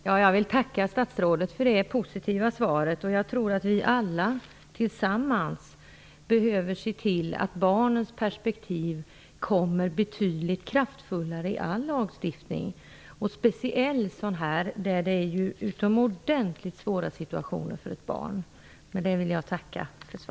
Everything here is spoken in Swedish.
Herr talman! Jag tackar statsrådet för det positiva svaret. Vi måste alla tillsammans se till att barnens perspektiv kommer fram betydligt kraftfullare i all lagstiftning, speciellt i sådan lagstiftning som innebär utomordentligt svåra situationer för barn.